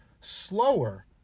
slower